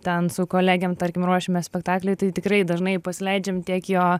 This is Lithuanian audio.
ten su kolegėm tarkim ruošiame spektaklį tai tikrai dažnai pasileidžiam tiek jo